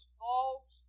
false